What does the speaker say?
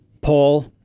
Paul